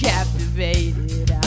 Captivated